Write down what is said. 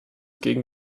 gegen